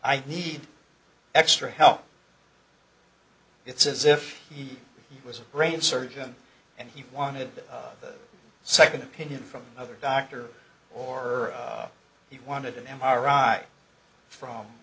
i need extra help it's as if he was a brain surgeon and he wanted a second opinion from another doctor or he wanted an m r i from